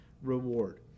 reward